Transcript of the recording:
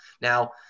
Now